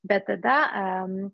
bet tada